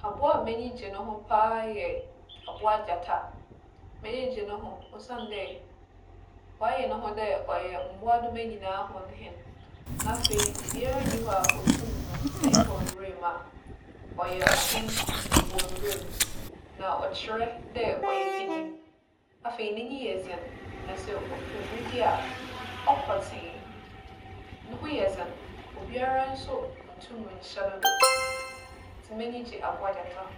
Abowa a m'enyi gye no ho paa yɛ abowa gyata. M'enyi gye no ho, osiandɛ ͻayɛ noho dɛ ͻyɛ mbowadoma nyina hͻn hen. Na afei, obiara nnyi hͻ a otum no, sɛ ekͻ nwura mu a. ͻyɛ ͻhen wͻ nwura mu, na ͻkyerɛ dɛ ͻyɛ panyin. Afei, n'enyi yɛ dzen. Na sɛ ͻpɛ biribi a, ͻkͻ tsee. No ho yɛ dzen, obiara so nntum nnhyɛ no do. Ntsi m'enyi gye abowa gyata ho.